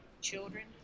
children